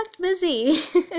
busy